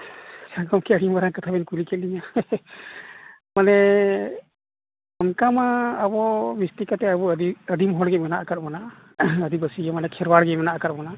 ᱦᱮᱸ ᱜᱚᱢᱠᱮ ᱟᱹᱰᱤ ᱢᱟᱨᱟᱝ ᱠᱟᱛᱷᱟ ᱵᱮᱱ ᱠᱩᱞᱤ ᱠᱮᱜ ᱞᱤᱧᱟ ᱢᱟᱱᱮ ᱚᱱᱠᱟ ᱢᱟ ᱵᱤᱥᱛᱤ ᱠᱟᱛᱮᱫ ᱟᱵᱚ ᱟᱹᱫᱤ ᱟᱹᱫᱤᱢ ᱦᱚᱲᱜᱮ ᱢᱮᱱᱟᱜ ᱟᱠᱟᱫ ᱵᱚᱱᱟ ᱟᱹᱫᱤᱵᱟᱹᱥᱤ ᱢᱟᱱᱮ ᱠᱷᱮᱨᱣᱟᱲ ᱜᱮ ᱢᱮᱱᱟᱜ ᱟᱠᱟᱫ ᱵᱚᱱᱟ